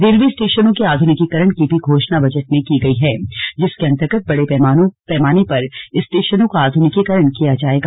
railway स्टेशनों के आधुनिकीकरण की भी घोषणा बजट में की गई है जिसके अंतर्गत बड़े पैमाने पर स्टेशनों का आध्रनिकीकरण किया जायेगा